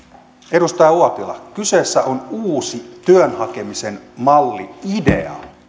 edustaja uotila kyseessä on uusi työn hakemisen malli idea